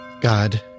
God